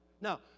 Now